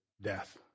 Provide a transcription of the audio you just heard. death